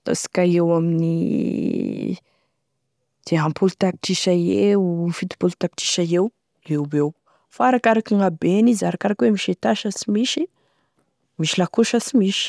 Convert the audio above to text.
ataosika eo amin'ny dimampolo tapitrisa eo fitopolo tapitrisa eo eoeo fa arakaraky gn'abeny izy, arakaraky hoe izy la misy étage na tsy misy, misy lakoro sa sy misy.